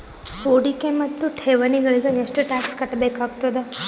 ಹೂಡಿಕೆ ಮತ್ತು ಠೇವಣಿಗಳಿಗ ಎಷ್ಟ ಟಾಕ್ಸ್ ಕಟ್ಟಬೇಕಾಗತದ?